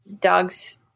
Dogs